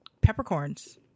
peppercorns